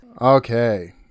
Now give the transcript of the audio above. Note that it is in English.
Okay